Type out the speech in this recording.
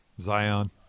Zion